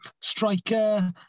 Striker